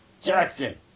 Jackson